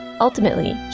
Ultimately